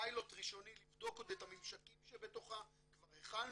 את אותו פיילוט ראשוני לבדוק עוד את הממשקים שבתוכה כבר הכנו